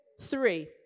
Three